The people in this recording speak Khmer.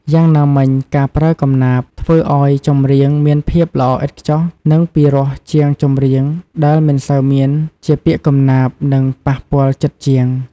យ៉ាងណាមិញការប្រើកំណាព្យធ្វើឲ្យចម្រៀងមានភាពល្អឥតខ្ចោះនិងពិរោះជាងចម្រៀងដែលមិនសូវមានជាពាក្យកំណាព្យ និងប៉ះពាល់ចិត្តជាង។